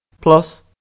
plus